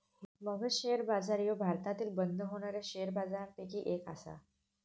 Magadh share बाजार ह्यो भारतातील बंद होणाऱ्या शेअर बाजारपैकी एक आसा